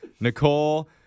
Nicole